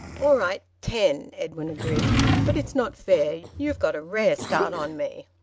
all right. ten, edwin agreed. but it's not fair. you've got a rare start on me.